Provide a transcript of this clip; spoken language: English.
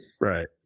Right